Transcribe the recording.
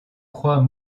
croix